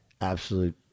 absolute